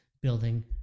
building